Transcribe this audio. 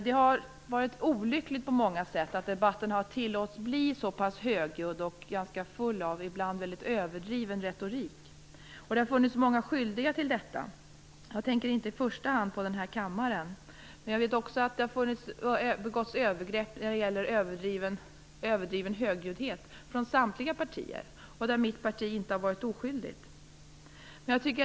Det har varit olyckligt på många sätt att debatten har tillåtits bli så högljudd och ibland väldigt full av överdriven retorik. Det har funnits många skyldiga till detta, och jag tänker inte i första hand på kammarens ledamöter. Men jag vet också att det förekommit överdriven högljuddhet från samtliga partier, och mitt eget parti har inte varit oskyldigt.